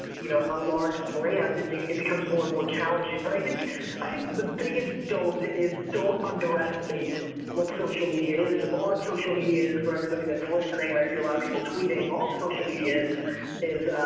you know, a large brand it becomes more and more challenging. but i think i think the biggest don't is don't underestimate what social media is. all that social media is for everybody that's listening, and i see a lot of people tweeting, all social media is is,